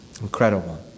Incredible